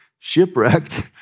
shipwrecked